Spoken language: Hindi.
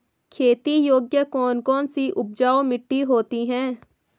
खेती योग्य कौन कौन सी उपजाऊ मिट्टी होती है?